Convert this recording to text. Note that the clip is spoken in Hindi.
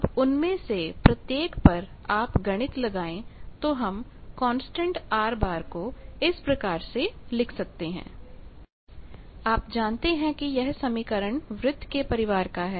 अब उनमें से प्रत्येक पर आप गणितलगाएंतो हमकांस्टेंट R को इस प्रकार से लिख सकते हैं आप जानते हैं कि यह समीकरण वृत्त के परिवार का है